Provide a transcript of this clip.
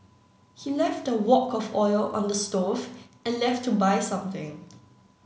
he left a wok of oil on the stove and left to buy something